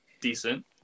decent